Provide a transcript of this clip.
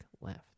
left